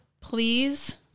please